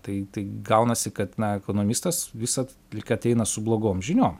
tai tai gaunasi kad na ekonomistas visad lyg ateina su blogom žiniom